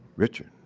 richard.